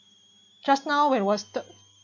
just now when was the